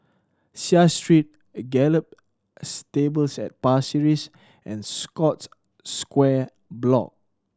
Seah Street Gallop Stables at Pasir Ris and Scotts Square Block